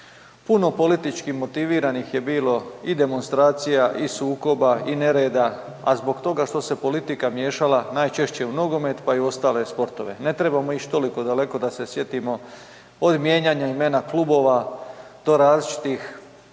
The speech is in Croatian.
Puno politički motiviranih je bilo i demonstracija i sukoba i nereda, a zbog toga što se politika miješala najčešće u nogomet pa i u ostale sportove. Ne trebamo ići toliko daleko da se sjetimo, od mijenjanja imena klubova, do različitih